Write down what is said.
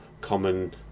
common